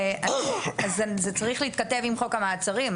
זה צריך להתכתב עם חוק המעצרים.